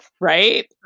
Right